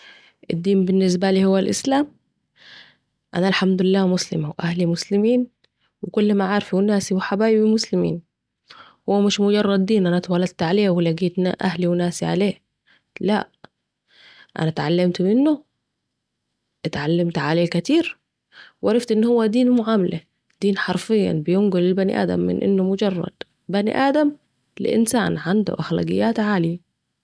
الدين بالنسبالي هو الاسلام ، أنا مسلمة الحمدلله واهلي مسلمين و كل معارف وناسي و حبايبي مسلمين ، وهو مش مجرد دين أنا اتولدت عليه و لقيت اهلي وناسي عليه لأ أنا اتعلمت منه اتعلمت عنليه كتير وعرفت ان هو دين معامله دين حرفياً بينقل البني آدم من مجرد انه بني ادم لإنسان عنده اخلاقيات عاليه